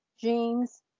jeans